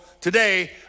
today